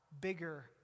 bigger